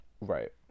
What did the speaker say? right